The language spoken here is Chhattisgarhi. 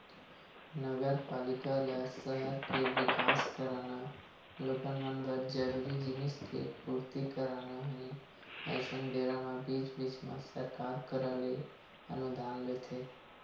नगरपालिका ल सहर के बिकास कराना लोगन मन बर जरूरी जिनिस के पूरति कराना हे अइसन बेरा म बीच बीच म सरकार करा ले अनुदान लेथे